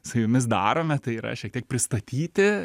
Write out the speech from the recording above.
su jumis darome tai yra šiek tiek pristatyti